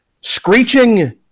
screeching